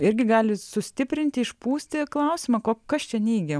irgi gali sustiprinti išpūsti klausimą ko kas čia neigia